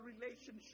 relationship